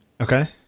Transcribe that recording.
Okay